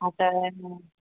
हा त